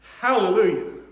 Hallelujah